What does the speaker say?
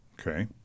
Okay